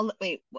wait